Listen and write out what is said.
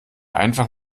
einfach